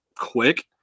quick